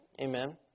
Amen